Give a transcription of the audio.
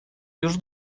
już